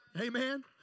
Amen